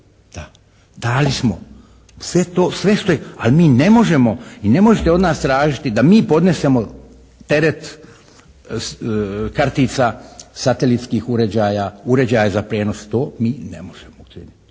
Da. Dali smo. Sve to, sve što, ali mi ne možemo i ne možete od nas tražiti da mi podnesemo teret kartica, satelitskih uređaja, uređaja za prijenos, to mi ne možemo učiniti.